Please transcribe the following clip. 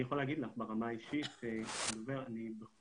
אני יכול להגיד לך ברמה האישית שאני בכל